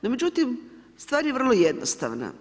No međutim, stvar je vrlo jednostavna.